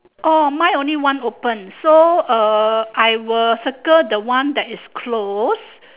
oh mine only one open so uh I will circle the one that is closed